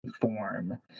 form